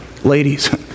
Ladies